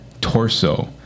Torso